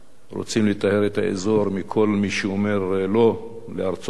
רוצים לטהר את האזור מכל מי שאומר "לא" לארצות-הברית,